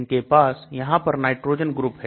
इनके पास यहां पर नाइट्रोजन ग्रुप है